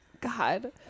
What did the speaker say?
God